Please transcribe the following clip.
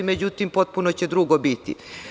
Međutim, potpuno će drugo biti.